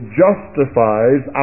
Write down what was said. justifies